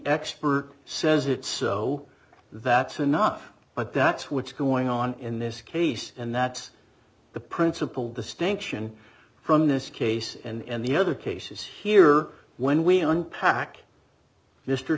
expert says it so that's enough but that's what's going on in this case and that's the principle distinction from this case and the other cases here when we unpack